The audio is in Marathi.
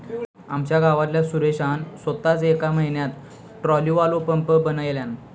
आमच्या गावातल्या सुरेशान सोताच येका म्हयन्यात ट्रॉलीवालो पंप बनयल्यान